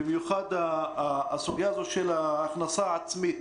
במיוחד הסוגיה של ההכנסה העצמית